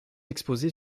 exposée